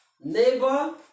neighbor